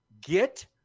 Get